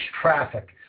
traffic